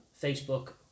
Facebook